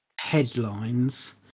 headlines